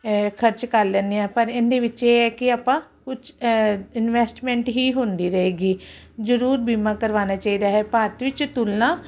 ਖਰਚ ਕਰ ਲੈਦੇ ਆ ਪਰ ਇਹਦੇ ਵਿੱਚ ਇਹ ਹੈ ਕਿ ਆਪਾਂ ਇਨਵੈਸਟਮੈਂਟ ਹੀ ਹੁੰਦੀ ਰਹੇਗੀ ਜਰੂਰ ਬੀਮਾ ਕਰਵਾਣਾ ਚਾਹੀਦਾ ਹੈ ਭਾਰਤ ਵਿੱਚ ਤੁਲਨਾ